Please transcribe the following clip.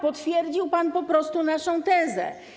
Potwierdził pan po prostu naszą tezę.